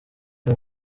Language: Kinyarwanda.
ari